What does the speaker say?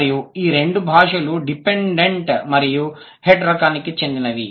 మరియు ఈ రెండు భాషలు డిపెండెంట్ మరియు హెడ్ రకానికి చెందినవి